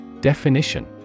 Definition